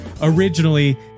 originally